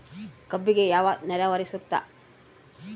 ಕಬ್ಬಿಗೆ ಯಾವ ನೇರಾವರಿ ಸೂಕ್ತ?